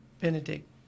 Benedict